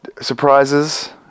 surprises